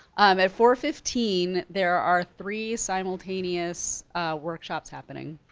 um at four fifteen, there are three simultaneous workshops happening.